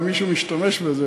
ומישהו משתמש בזה,